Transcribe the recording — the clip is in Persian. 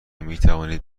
میتوانید